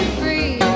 free